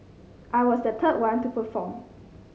I was the third one to perform